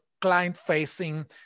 client-facing